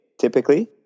typically